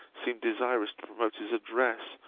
seemed desirous to promote his address,